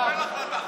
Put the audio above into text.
קבל החלטה.